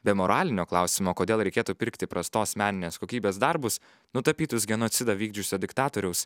be moralinio klausimo kodėl reikėtų pirkti prastos meninės kokybės darbus nutapytus genocidą vykdžiusio diktatoriaus